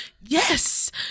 Yes